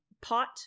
pot